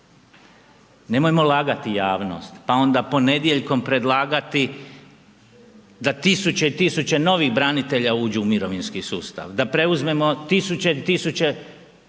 Nemojmo lagati javnost, pa onda ponedjeljkom predlagati da tisuće i tisuće novih branitelja uđu u mirovinski sustav, da preuzmemo tisuće i tisuće